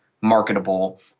marketable